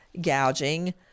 gouging